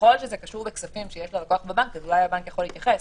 ככל שזה קשור בכספים שיש ללקוח בבנק אז אולי הבנק יכול להתייחס,